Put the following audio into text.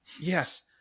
Yes